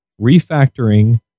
refactoring